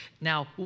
Now